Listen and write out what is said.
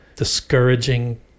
discouraging